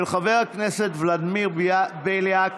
של חבר הכנסת ולדימיר בליאק